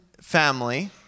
family